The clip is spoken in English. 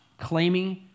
claiming